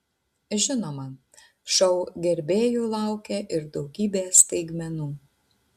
žinoma šou gerbėjų laukia ir daugybė staigmenų